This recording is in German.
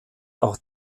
auch